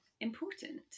important